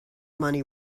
money